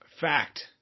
Fact